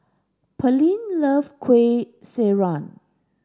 Pearlene love Kueh Syara